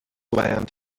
land